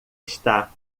está